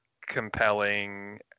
compelling